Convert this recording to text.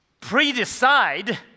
pre-decide